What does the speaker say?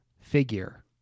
figure